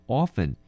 often